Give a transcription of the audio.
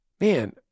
Man